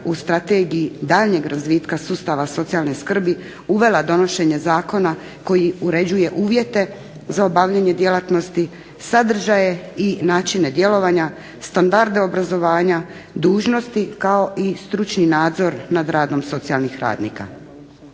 u strategiji daljnjeg razvitka sustava socijalne skrbi uvela donošenje Zakona koji uređuje uvijete za obavljanje djelatnosti, sadržaje i načine djelovanja, standarde obrazovanja, dužnosti, kao i stručni nadzor nad radom socijalnih radnika.